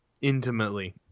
Intimately